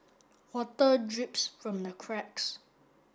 water drips from the cracks